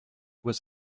was